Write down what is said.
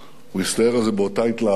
הוא הסתער על זה באותה התלהבות,